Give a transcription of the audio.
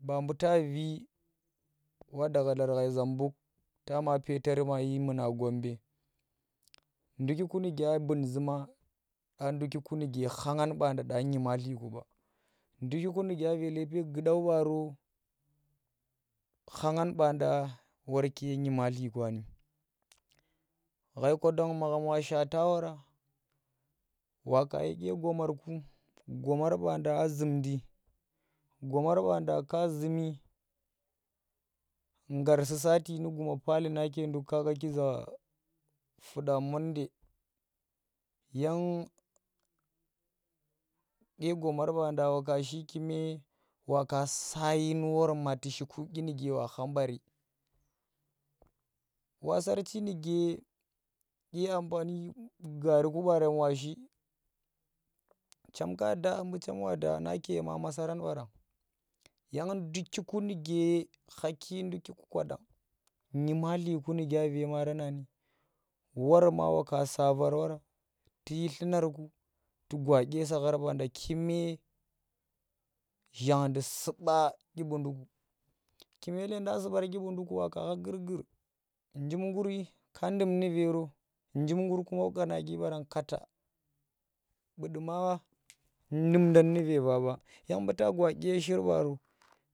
Ba buu ta Vi wa daga dlar ghai Zambuk ta ma peetar mayi mun lar ghai gombe ndukiku nuke abung zuma dye ndwukiki nuke khang baada dya nymaltliku ba nduki nuke a lepe gudau baaro khanang baanda worke nyma tli kwa ni ghai kwadon magham wa shaata wora wa ka yi dye gomarku gomar banɗaa zumndi gomar baanda ka zummi ngarsi sati nu guma paliadukka qakiza fuda monde yang dye gomar baanda waka shi kime wasa dyin war ma tu shi dyini wakha mbari wa sarchi nuke dye anfani gaari ku baarem washi chem ka da bu chem wada nake yema ma masaran baara ndukki nuke khakin gana nyematli ku nuke anje yemaranani wor ma waka sa Var wor tu yi dlunar ku tu gwa dye sakhar baande kume zhandi su̱ba dyi buu nduku kume dleedan su̱ bar dye buu nduku wa ka kha gur- gur njim nguri ka ndum nu̱ vero njim gur kuma kanadyi baaran kata buu ɗuma ndumdan nu ve va ɓa nyamduka gwakiye shirbaru.